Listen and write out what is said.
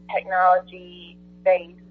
technology-based